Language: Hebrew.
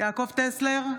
יעקב טסלר,